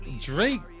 Drake